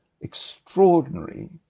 extraordinary